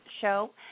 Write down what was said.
show